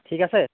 ঠিক আছে